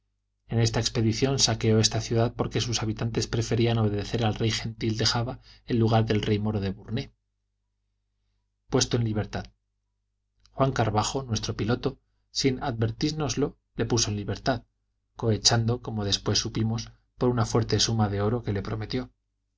en esta expedición saqueó esta ciudad porque sus habitantes preferían obedecer al rey gentil de java en lugar del rey moro de burné puesto en libertad juan carvajo nuestro piloto sin advertírnoslo le puso en libertad cohechado como después supimos por una fuerte suma de oro que le prometió